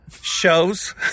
shows